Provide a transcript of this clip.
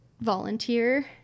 volunteer